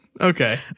Okay